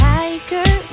Tiger